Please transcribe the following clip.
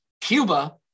Cuba